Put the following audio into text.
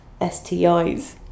STIs